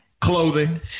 clothing